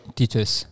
teachers